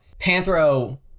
Panthro